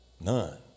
None